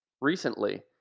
recently